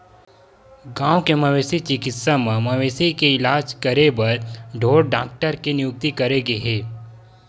गाँव के मवेशी चिकित्सा म मवेशी के इलाज बर ढ़ोर डॉक्टर के नियुक्ति करे गे हे